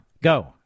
Go